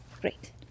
Great